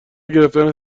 گرفتنش